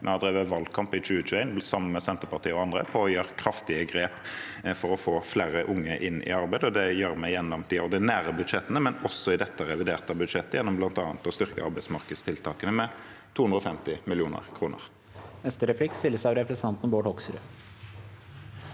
Vi drev valgkamp i 2021, sammen med Senterpartiet og andre, på å gjøre kraftige grep for å få flere unge inn i arbeid. Det gjør vi gjennom de ordinære budsjettene, men også i dette reviderte budsjettet, gjennom bl.a. å styrke arbeidsmarkedstiltakene med 250 mill. kr.